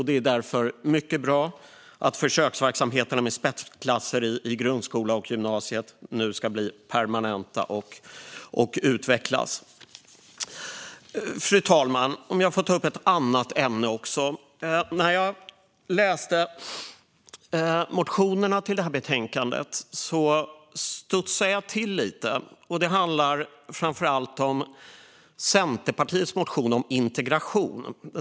Det är därför mycket bra att försöksverksamheterna med spetsklasser i grundskolan och gymnasiet nu ska bli permanenta och utvecklas. Fru talman! Jag ska ta upp ett annat ämne också. När jag läste de motioner som hör till detta betänkande studsade jag till lite. Det handlar framför allt om Centerpartiets motion om integration.